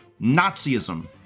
Nazism